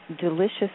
delicious